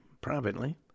Privately